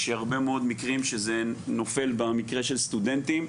יש הרבה מאוד מקרים שזה נופל במקרה של סטודנטים.